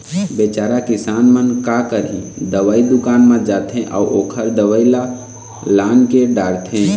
बिचारा किसान मन का करही, दवई दुकान म जाथे अउ ओखर दवई ल लानके डारथे